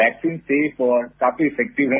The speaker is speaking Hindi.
वैक्सीन सेफ और काफी इफेक्टिव है